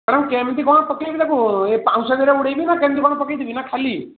madam କେମିତି କ'ଣ ପକେଇବି ତାକୁ ପାଉଁଶ ଦେହରେ ଉଡ଼େଇବି ନା କେମିତି କ'ଣ ପକେଇବି ନା ଖାଲି